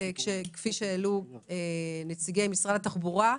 כפי שהעלו נציגי משרד התחבורה,